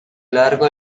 largo